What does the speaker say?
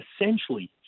essentially